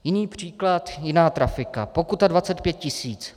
Jiný příklad, jiná trafika, pokuta 25 tisíc.